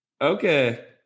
okay